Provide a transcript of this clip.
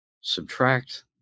subtract